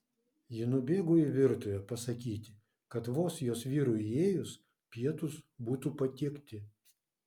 ji nubėgo į virtuvę pasakyti kad vos jos vyrui įėjus pietūs būtų patiekti